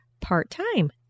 part-time